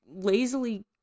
lazily